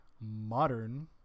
modern